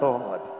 Lord